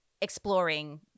exploring